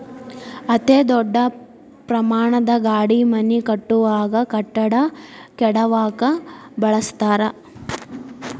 ಅತೇ ದೊಡ್ಡ ಪ್ರಮಾಣದ ಗಾಡಿ ಮನಿ ಕಟ್ಟುವಾಗ, ಕಟ್ಟಡಾ ಕೆಡವಾಕ ಬಳಸತಾರ